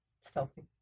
Stealthy